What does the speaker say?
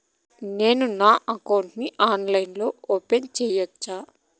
నేను నా అకౌంట్ ని ఆన్లైన్ లో ఓపెన్ సేయొచ్చా?